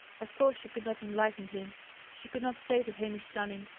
of course she could not enlighten him she could not say to hamish channing,